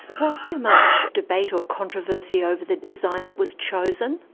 was there much debate or controversy over the design that was chosen?